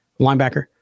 linebacker